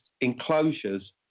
enclosures